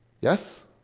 Yes